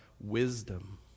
wisdom